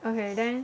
okay then